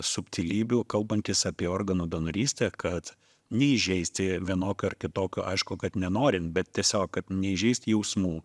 subtilybių kalbantys apie organų donorystę kad neįžeisti vienokio ar kitokio aišku kad nenorim bet tiesiog kad neįžeisti jausmų